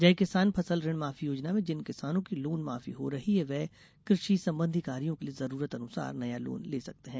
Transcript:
जय किसान फसल ऋण माफी योजना में जिन किसानों की लोन माफी हो रही है वे कृषि संबंधी कार्यो के लिये जरूरत अनुसार नया लोन ले सकते हैं